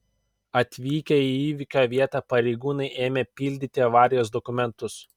atvykę į įvykio vietą pareigūnai ėmė pildyti avarijos dokumentus